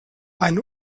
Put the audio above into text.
eine